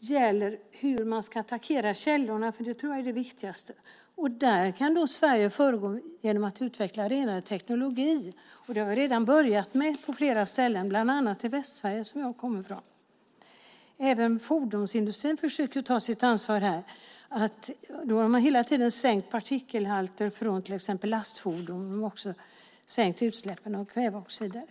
gäller hur man ska attackera källorna, för det tror jag är det viktigaste. Och där kan Sverige gå före genom att utveckla en renare teknik, och det har man redan börjat med på flera ställen, bland annat i Västsverige som jag kommer ifrån. Även fordonsindustrin försöker ta sitt ansvar här. De har hela tiden sänkt partikelhalter från till exempel lastfordon men också sänkt utsläppen av kväveoxider.